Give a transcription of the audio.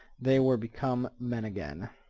they were become men again.